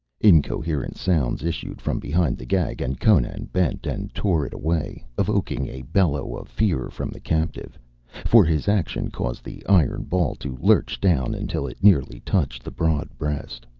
incoherent sounds issued from behind the gag and conan bent and tore it away, evoking a bellow of fear from the captive for his action caused the iron ball to lurch down until it nearly touched the broad breast.